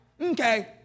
Okay